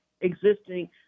existing